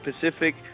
Pacific